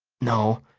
no,